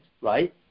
right